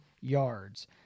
yards